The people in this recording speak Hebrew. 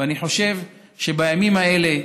ואני חושב שבימים האלה,